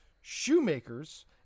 shoemakers